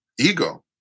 ego